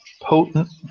potent